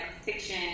fiction